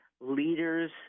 leaders